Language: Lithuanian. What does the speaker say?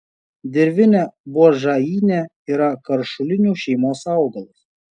dirvinė buožainė yra karšulinių šeimos augalas